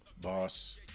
Boss